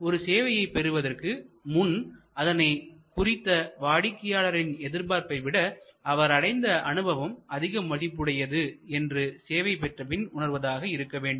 எனவே ஒரு சேவையை பெறுவதற்கு முன் அதனை குறித்த வாடிக்கையாளர்களின் எதிர்பார்ப்பை விட அவர் அடைந்த அனுபவம் அதிக மதிப்புடையது என்று சேவை பெற்றபின் உணர்வதாக இருக்க வேண்டும்